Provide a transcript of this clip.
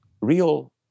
real